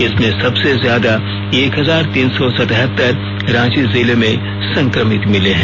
इसमें सबसे ज्यादा एक हजार तीन सौ सतहत्तर रांची जिले में संक्रमित मिले हैं